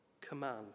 command